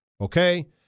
okay